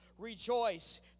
Rejoice